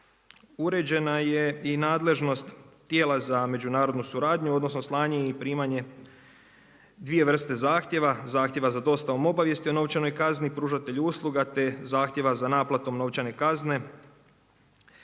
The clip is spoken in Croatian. uređena je i nadležnost tijela za međunarodnu sudaranju odnosno slanje i primanje dvije vrste zahtjeva, zahtjeva za dostavom obavijesti o novčanoj kazni pružatelju usluga, te zahtjeva za naplatom novčane kazne.